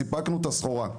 סיפקנו את הסחורה,